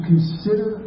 consider